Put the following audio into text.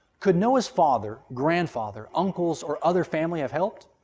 could noah's father, grandfather, uncles, or other family have helped?